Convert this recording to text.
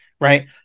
right